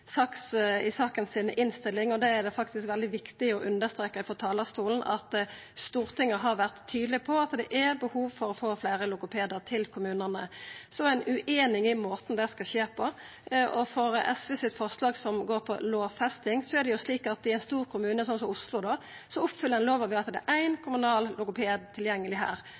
innstillinga til saka. Det er veldig viktig å understreka frå talarstolen at Stortinget har vore tydeleg på at det er behov for å få fleire logopedar til kommunane. Så er ein ueinige om måten det skal skje på. Når det gjeld SVs forslag, som går på lovfesting, er det slik at i ein stor kommune som Oslo oppfyller ein lova ved at det er ein kommunal logoped tilgjengeleg her.